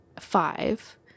five